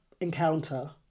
encounter